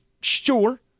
Sure